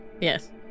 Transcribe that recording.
Yes